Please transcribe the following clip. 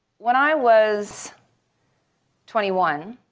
when i was twenty one,